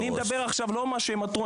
אני מדבר עכשיו לא למה הם עתרו,